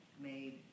made